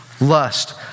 lust